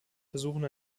versuchen